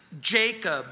Jacob